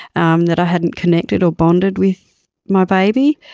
um that i hadn't connected or bonded with my baby.